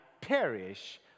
perish